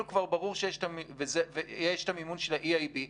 כבר ברור שיש את המימון של ה-EIB,